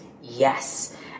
yes